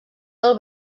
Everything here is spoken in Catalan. del